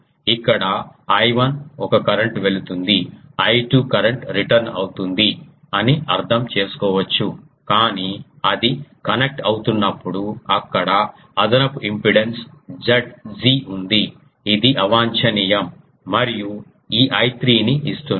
ఇక్కడ I1 ఒక current వెళుతుంది I2 కరెంట్ రిటర్న్ అవుతుంది అని అర్థం చేసుకోవచ్చు కానీ అది కనెక్ట్ అవుతున్నప్పుడు అక్కడ అదనపు ఇంపెడెన్స్ Zg ఉంది ఇది అవాంఛనీయం మరియు ఈ I3 ని ఇస్తోంది